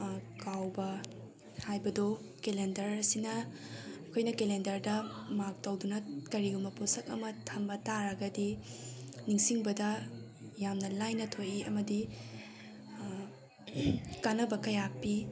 ꯀꯥꯎꯕ ꯍꯥꯏꯕꯗꯣ ꯀꯦꯂꯦꯟꯗꯔꯁꯤꯅ ꯑꯩꯈꯣꯏꯅ ꯀꯦꯂꯦꯟꯗꯔꯗ ꯃꯥꯛ ꯇꯧꯗꯨꯅ ꯀꯔꯤꯒꯨꯝꯕ ꯄꯣꯠꯁꯛ ꯑꯃ ꯊꯝꯕ ꯇꯥꯔꯒꯗꯤ ꯅꯤꯡꯁꯤꯡꯕꯗ ꯌꯥꯝꯅ ꯂꯥꯏꯅ ꯊꯣꯛꯏ ꯑꯃꯗꯤ ꯀꯥꯅꯕ ꯀꯌꯥ ꯄꯤ